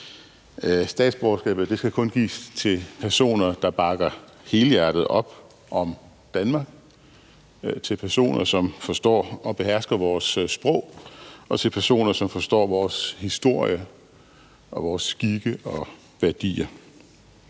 Statsborgerskabet skal kun gives til personer, der bakker helhjertet op om Danmark; til personer, som forstår og behersker vores sprog; og til personer, som forstår vores historie og vores skikke og værdier.